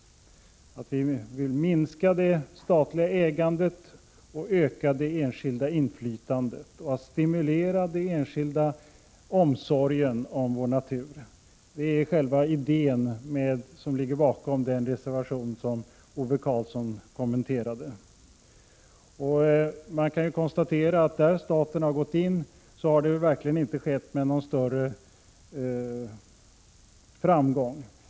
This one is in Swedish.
Vi vill minska det statliga ägandet och öka det enskilda inflytandet och stimulera den enskilda omsorgen om vår natur. Det är själva idén bakom den reservation som Ove Karlsson kommenterade. Jag kan konstatera, att där staten har gått in har det verkligen inte skett med någon större framgång.